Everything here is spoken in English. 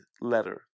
letter